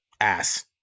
ass